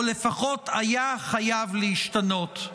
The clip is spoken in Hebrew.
או לפחות היה חייב להשתנות: